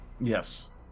yes